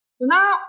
now